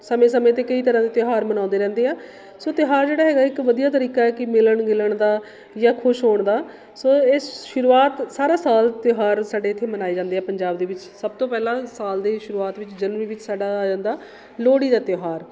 ਸਮੇਂ ਸਮੇਂ 'ਤੇ ਕਈ ਤਰ੍ਹਾਂ ਦੇ ਤਿਉਹਾਰ ਮਨਾਉਂਦੇ ਰਹਿੰਦੇ ਆ ਸੋ ਤਿਉਹਾਰ ਜਿਹੜਾ ਹੈਗਾ ਇੱਕ ਵਧੀਆ ਤਰੀਕਾ ਹੈ ਕਿ ਮਿਲਣ ਗਿਲਣ ਦਾ ਜਾ ਖੁਸ਼ ਹੋਣ ਦਾ ਸੋ ਇਸ ਸ਼ੁਰੂਆਤ ਸਾਰਾ ਸਾਲ ਤਿਉਹਾਰ ਸਾਡੇ ਇੱਥੇ ਮਨਾਏ ਜਾਂਦੇ ਆ ਪੰਜਾਬ ਦੇ ਵਿੱਚ ਸਭ ਤੋਂ ਪਹਿਲਾਂ ਸਾਲ ਦੇ ਸ਼ੁਰੂਆਤ ਵਿੱਚ ਜਨਵਰੀ ਵਿੱਚ ਸਾਡਾ ਆ ਜਾਂਦਾ ਲੋਹੜੀ ਦਾ ਤਿਉਹਾਰ